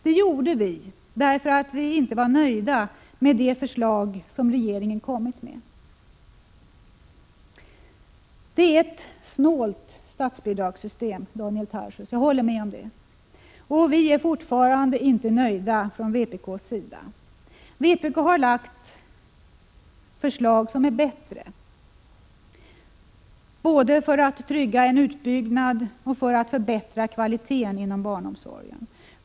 Det gjorde vi därför att vi inte var nöjda med det förslag som regeringen lagt fram. Det är ett snålt statsbidragssystem, Daniel Tarschys, jag håller med om det. Från vpk:s sida är vi inte nöjda. Vpk har lagt fram förslag som är bättre, både för att trygga en utbyggnad och för att förbättra kvaliteten inom barnomsorgen.